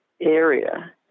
area